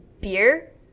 beer